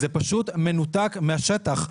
זה פשוט מנותק מהשטח.